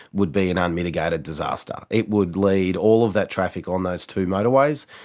would be an unmitigated disaster. it would lead all of that traffic on those two motorways,